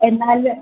എന്നാൽ